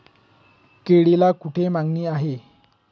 केळीला कोठे मागणी आहे?